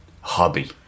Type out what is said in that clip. hobby